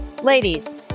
Ladies